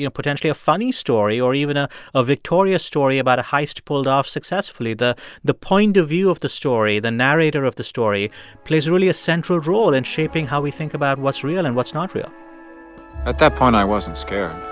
you know potentially a funny story or even a victorious story about a heist pulled off successfully. the the point of view of the story the narrator of the story plays really a central role in shaping how we think about what's real and what's not real at that point, i wasn't scared.